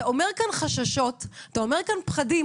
אתה אומר כאן חששות, אתה אומר כאן אולי פחדים,